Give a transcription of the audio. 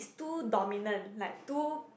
two dominant like two